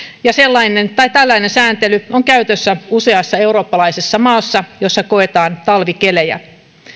ja tällainen sääntely on käytössä useassa eurooppalaisessa maassa jossa koetaan talvikelejä